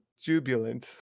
jubilant